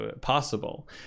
possible